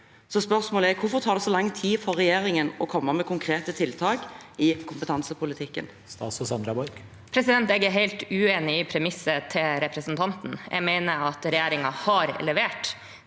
Hvorfor tar det så lang tid for regjeringen å komme med konkrete tiltak i kompetansepolitikken? Statsråd Sandra Borch Jeg er helt uenig i premisset til representanten. Jeg mener at regjeringen har levert.